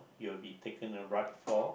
you will be taken a ride for